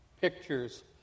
pictures